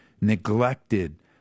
neglected